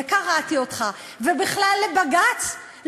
ואני לא